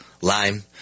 lime